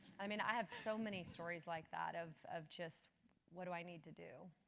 i mean, i have so many stories like that of of just what do i need to do,